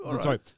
sorry